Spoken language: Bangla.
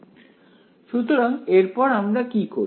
সুতরাং এরপর আমরা কি করি